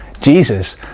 Jesus